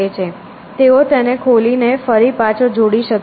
તેઓ તેને ખોલીને ફરી પાછો જોડી શકે છે